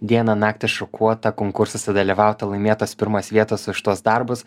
dieną naktį ir šukuota konkursuose dalyvauta laimėtos pirmos vietos už tuos darbus